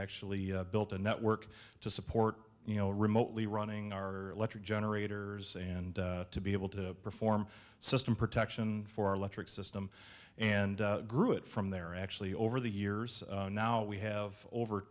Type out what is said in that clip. actually built a network to support you know remotely running our electric generators and to be able to perform system protection for our electric system and grew it from there actually over the years and now we have over